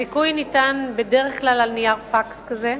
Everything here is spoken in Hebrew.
הזיכוי ניתן בדרך כלל על נייר פקס כזה,